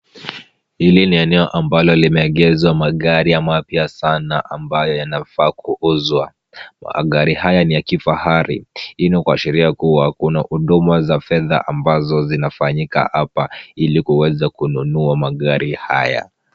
Hili ni eneo ambalo limeegeshwa magari mapya sana ambayo yanafaa kuuzwa. Magari haya ni ya kifahari. Hii ni kuashiria kuwa kuna huduma za fedha ambazo zinafanyika hapa, ili kuweza kununua magari haya.